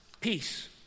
peace